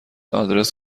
آدرس